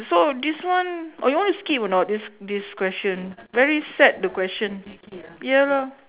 so this one or you want to skip or not this this question very sad the question ya lah